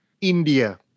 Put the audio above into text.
India